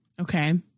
Okay